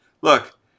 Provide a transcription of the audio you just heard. Look